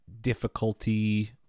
Difficulty